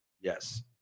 Yes